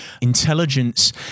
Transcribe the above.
intelligence